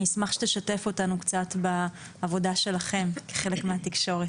אני אשמח שתשתף אותנו קצת בעבודה שלכם כחלק מהתקשורת.